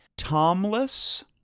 Tomless